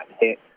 hit